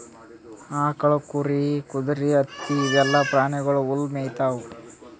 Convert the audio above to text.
ಆಕಳ್, ಕುರಿ, ಕುದರಿ, ಕತ್ತಿ ಇವೆಲ್ಲಾ ಪ್ರಾಣಿಗೊಳ್ ಹುಲ್ಲ್ ಮೇಯ್ತಾವ್